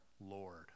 Lord